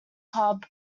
pub